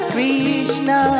Krishna